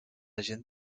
gent